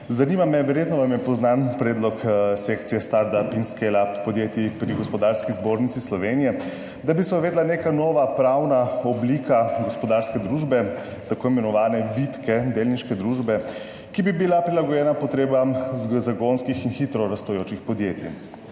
zanima me, verjetno vam je poznan predlog Sekcije startup in scaleup podjetij pri Gospodarski zbornici Slovenije, da bi se uvedla neka nova pravna oblika gospodarske družbe, tako imenovane vitke delniške družbe, ki bi bila prilagojena potrebam zagonskih in hitro rastočih podjetij.